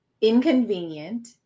inconvenient